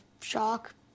shock